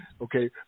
Okay